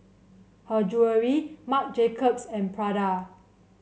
Her Jewellery Marc Jacobs and Prada